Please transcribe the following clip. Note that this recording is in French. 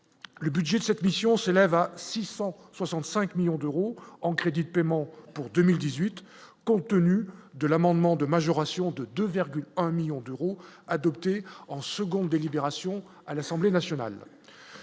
le budget de cette mission s'élève à 665 millions d'euros en crédit de paiement pour 2018 compte tenu de l'amendement de majoration de 2,1 millions d'euros, adopté en seconde délibération à l'Assemblée nationale,